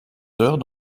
heures